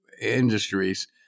industries